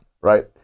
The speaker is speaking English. Right